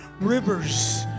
Rivers